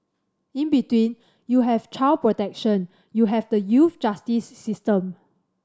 in between you have child protection you have the youth justice system